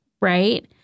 right